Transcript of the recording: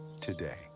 today